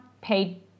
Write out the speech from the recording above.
paid